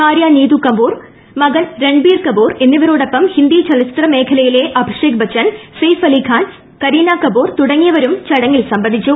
ഭാര്യ നീതു കപൂർ മകൻ രൺബീർ കപൂർ എന്നിവരോടൊപ്പം ഹിന്ദി ചലച്ചിത്ര മേഖലയിലെ അഭിഷേക് ബച്ചൻ സെയ്ഫ് അലി ഖാൻ കരീന കപൂർ തുടങ്ങിയവരും ചടങ്ങിൽ സംബന്ധിച്ചു